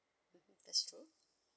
yes true